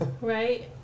Right